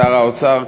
שר האוצר,